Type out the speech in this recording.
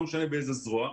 לא משנה באיזה זרוע,